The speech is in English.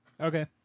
Okay